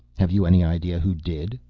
have you any idea who did?